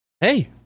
Hey